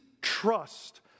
trust